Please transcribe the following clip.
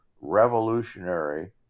revolutionary